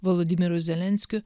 volodymyru zelenskiu